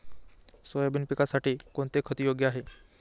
Soybean पिकासाठी कोणते खत योग्य आहे?